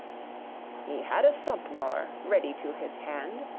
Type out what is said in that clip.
he had a sompnour ready to his hand,